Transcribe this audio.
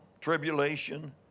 tribulation